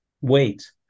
wait